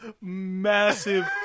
massive